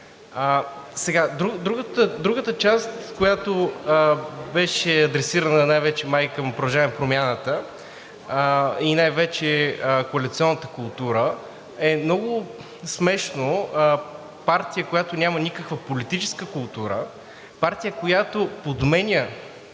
Другата част, която беше адресирана най-вече май към „Продължаваме Промяната“, и най-вече коалиционната култура, е много смешно партия, която няма никаква политическа култура, партия, която подменя